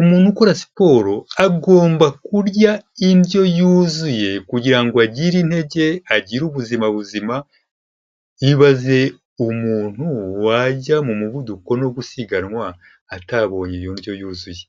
Umuntu ukora siporo agomba kurya indyo yuzuye kugira ngo agire intege, agire ubuzima buzima, ibaze umuntu wajya mu muvuduko no gusiganwa atabonye iyo ndyo yuzuye,